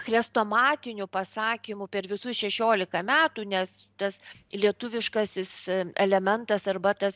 chrestomatiniu pasakymu per visus šešiolika metų nes tas lietuviškasis elementas arba tas